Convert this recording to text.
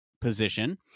position